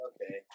Okay